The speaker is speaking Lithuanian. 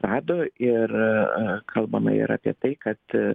rado ir aa kalbama ir apie tai kad